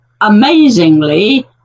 amazingly